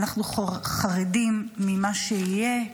אנחנו חרדים ממה שיהיה,